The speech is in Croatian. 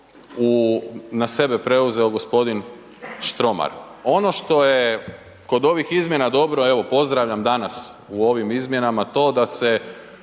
na sebe preuzeo gospodin Štromar. Ono što je kod ovih izmjena dobro, evo, pozdravljam danas u ovim izmjenama to da se